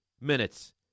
minutes